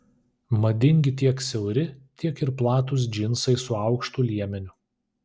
madingi tiek siauri tiek ir platūs džinsai su aukštu liemeniu